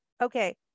Okay